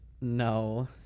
No